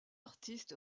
artiste